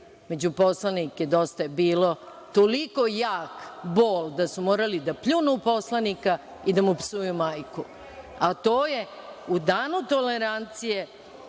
među poslanike DJB, toliko jak bol da su morali da pljunu poslanika i da mu psuju majku. To je u Danu tolerancije,